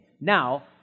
now